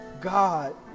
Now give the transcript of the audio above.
God